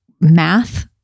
math